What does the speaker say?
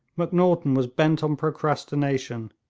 macnaghten was bent on procrastination,